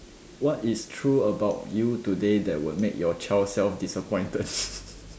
what is true about you today that will make your child self disappointed